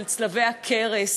של צלבי הקרס,